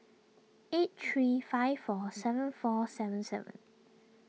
eight three five four seven four seven seven